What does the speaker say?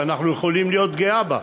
שאנחנו יכולים להיות גאים בה,